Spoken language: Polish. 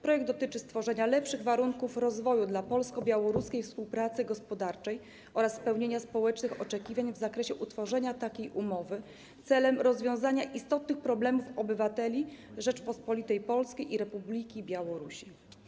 Projekt dotyczy stworzenia lepszych warunków rozwoju dla polsko-białoruskiej współpracy gospodarczej oraz spełnienia społecznych oczekiwań w zakresie utworzenia takiej umowy celem rozwiązania istotnych problemów obywateli Rzeczypospolitej Polskiej i Republiki Białorusi.